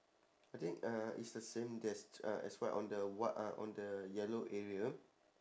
I think uh it's the same there's uh as what on the what uh on the yellow area